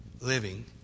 living